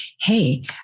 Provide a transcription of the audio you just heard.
hey